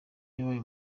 yabaye